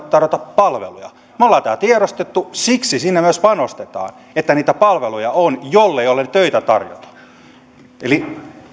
tarjota palveluja me olemme tämän tiedostaneet ja siksi sinne myös panostetaan että niitä palveluja on jollei ole töitä tarjolla eli